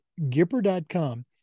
Gipper.com